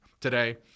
today